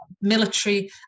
military